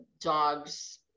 dogs